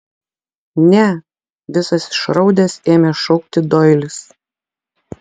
ne visas išraudęs ėmė šaukti doilis